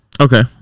Okay